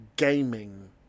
gaming